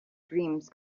dreams